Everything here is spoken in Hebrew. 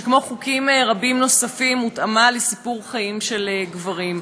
שכמו חוקים רבים נוספים הותאמה לסיפור חיים של גברים.